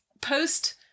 post